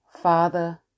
Father